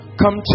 come